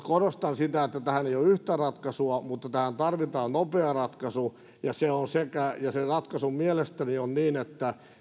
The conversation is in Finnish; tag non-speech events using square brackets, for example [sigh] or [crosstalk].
[unintelligible] korostan sitä että tähän ei ole yhtä ratkaisua mutta tähän tarvitaan nopea ratkaisu ja se ratkaisu mielestäni on se että